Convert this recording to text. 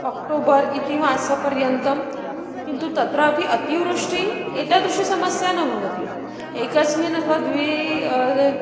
October इति मासपर्यन्तं किन्तु तत्रापि अतिवृष्टिः एतादृशसमस्या न भवति एकस्मिन् अथवा द्वे